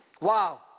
Wow